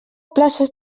places